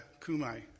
Kumai